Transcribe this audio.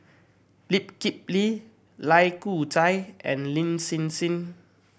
Lee Kip Lee Lai Kew Chai and Lin Hsin Hsin